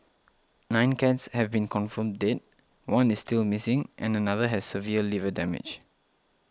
nine cats have been confirmed dead one is still missing and another has severe liver damage